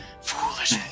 Foolish